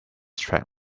track